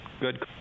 Good